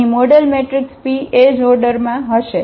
અહીં model matrix p એ જ ઓર્ડરમાં હશે